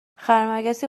خرمگسی